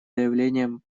заявлением